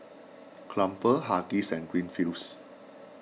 Crumpler Huggies and Greenfields